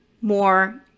more